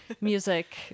music